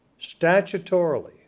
statutorily